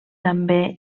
també